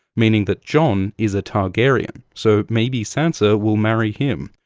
meaning that jon is a targaryen so maybe sansa will marry him.